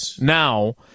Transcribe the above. Now